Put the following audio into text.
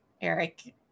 Eric